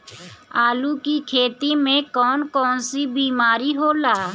आलू की खेती में कौन कौन सी बीमारी होला?